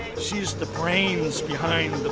she's the brains behind.